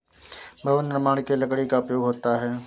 भवन निर्माण के लिए लकड़ी का उपयोग होता है